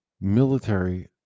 Military